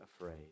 afraid